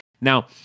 Now